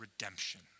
redemption